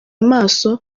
amaso